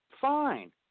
fine